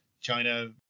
China